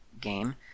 game